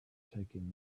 taking